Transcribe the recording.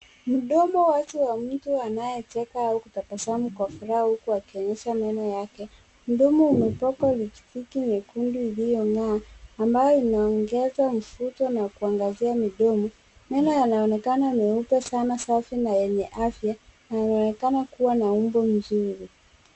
Mdomo wote wa mtu anayecheka au kutabasamu kwa furaha huku akionyesha meno yake. Mdomo umepakwa lipstick nyekundu iliyong'aa ambayo inaongeza mvuto na kuangazia midomo .Meno yanaonekana meupe sana safi na yenye afya na yanaonekana kuwa na umbo nzuri.